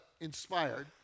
inspired